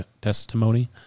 testimony